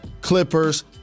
Clippers